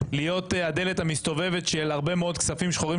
כמו להיות הדלת המסתובבת של הרבה מאוד כספים שחורים,